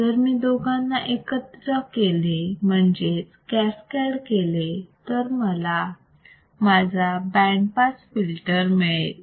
जर मी दोघांना एकत्र केले म्हणजेच कॅस्कॅड केले तर मला माझा बँड पास फिल्टर मिळेल